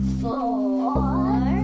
four